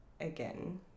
again